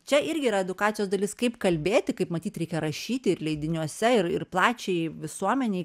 čia irgi yra edukacijos dalis kaip kalbėti kaip matyt reikia rašyti ir leidiniuose ir ir plačiajai visuomenei